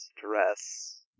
dress